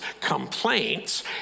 complaints